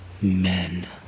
men